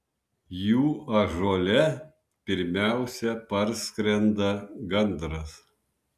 jų ąžuole pirmiausia parskrenda gandras